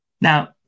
Now